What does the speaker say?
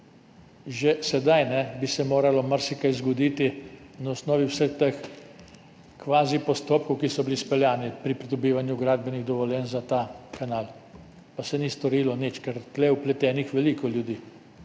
Že sedaj bi se moralo marsikaj zgoditi na osnovi vseh teh kvazipostopkov, ki so bili izpeljani pri pridobivanju gradbenih dovoljenj za ta kanal, pa se ni storilo nič. Tu je vpletenih veliko ljudi,